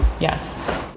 Yes